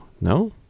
No